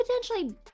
potentially